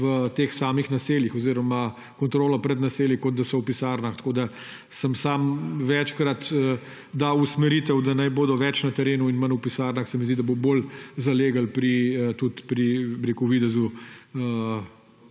v samih naseljih oziroma kontrolo pred naselji, kot da so v pisarnah. Sam sem večkrat dal usmeritev, naj bodo več na terenu in manj v pisarnah. Se mi zdi, da bo bolj zaleglo tudi pri videzu